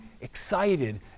excited